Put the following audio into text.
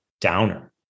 downer